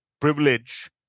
privilege